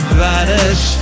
vanish